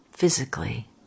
physically